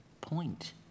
point